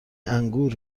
انگور